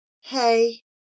Hey